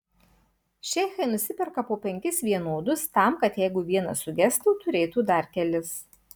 šeichai nusiperka po penkis vienodus tam kad jeigu vienas sugestų turėtų dar kelis